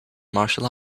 martial